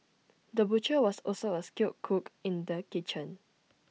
the butcher was also A skilled cook in the kitchen